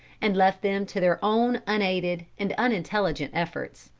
and left them to their own unaided and unintelligent efforts.